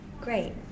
Great